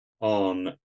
on